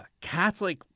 Catholic